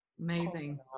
Amazing